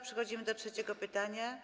Przechodzimy do trzeciego pytania.